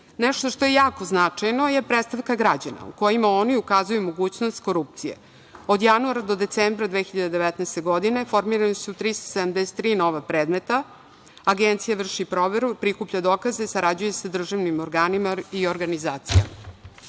što je jako značajno je predstavka građana, u kojima oni ukazuju mogućnost korupcije. Od januara do decembra 2019. godine formirana su 373 nova predmeta, Agencija vrši proveru, prikuplja dokaze i sarađuje sa državnim organima i organizacijama. Agencija